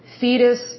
fetus